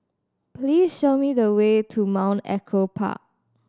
please show me the way to Mount Echo Park